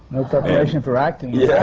no preparation for acting. yeah,